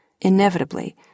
inevitably